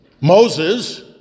Moses